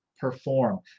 perform